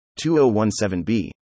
2017b